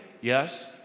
yes